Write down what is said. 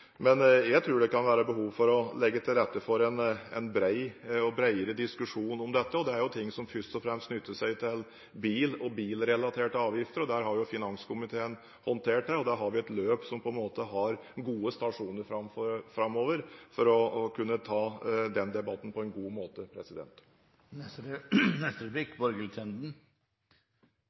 men jeg tror det kan være behov for å legge til rette for en bredere diskusjon om dette. Det er ting som først og fremst knytter seg til bil og bilrelaterte avgifter. Det har finanskomiteen håndtert, og vi har et løp som har gode stasjoner framover for å kunne ta den debatten på en god måte.